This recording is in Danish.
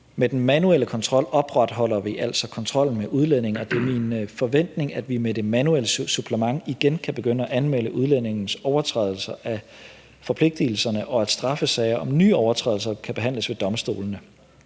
Med den manuelle kontrol opretholder vi altså kontrollen med udlændinge, og det er min forventning, at vi med det manuelle supplement igen kan begynde at anmelde udlændingens overtrædelser af forpligtigelserne, og at straffesager om nye overtrædelser kan behandles ved domstolene.